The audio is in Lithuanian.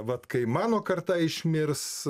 vat kai mano karta išmirs